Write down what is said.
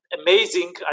amazing